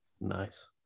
nice